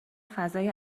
فضای